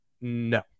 No